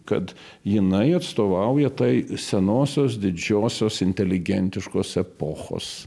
kad jinai atstovauja tai senosios didžiosios inteligentiškos epochos